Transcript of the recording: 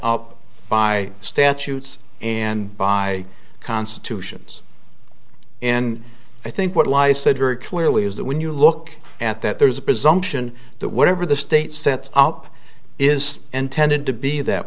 up by statutes and by constitutions and i think what lies said very clearly is that when you look at that there's a presumption that whatever the state sets up is intended to be that